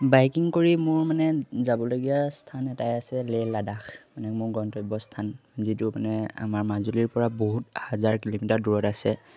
biking কৰি মোৰ মানে যাবলগীয়া স্থান এটাই আছে লেহ লাডাখ মানে মোৰ গন্তব্য স্থান যিটো মানে আমাৰ মাজুলীৰ পৰা বহুত হাজাৰ কিলোমিটাৰ দূৰত আছে